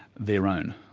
their own.